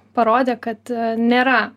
parodė kad nėra